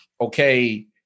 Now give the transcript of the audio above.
okay